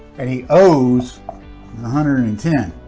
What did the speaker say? and he owes one hundred and ten